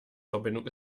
verbindung